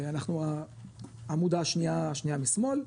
אנחנו העמודה השנייה משמאל,